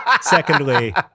Secondly